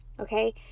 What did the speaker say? Okay